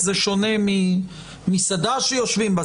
זה שונה ממסעדה שיושבים בה,